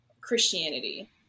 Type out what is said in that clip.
Christianity